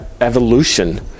evolution